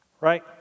Right